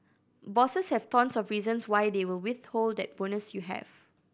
bosses have tons of reasons why they will withhold that bonus you have